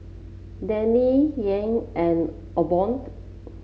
Dagny Yael and